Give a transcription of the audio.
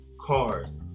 cars